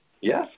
yes